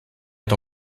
est